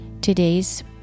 Today's